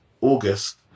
August